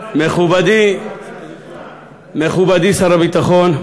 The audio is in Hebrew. מכובדי שר הביטחון,